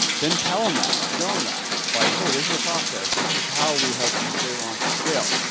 then tell him that, show him that like, hey, this is a process. this is how we help you create launch to scale.